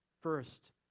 first